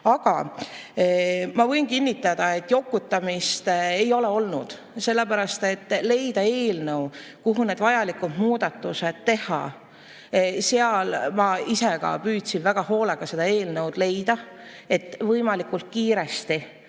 Aga ma võin kinnitada, et jokutamist ei ole olnud. Sellepärast, et leida eelnõu, kuhu need vajalikud muudatused teha – seal ma ise ka püüdsin väga hoolega seda eelnõu leida, et saaks võimalikult kiiresti